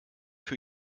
für